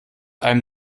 einem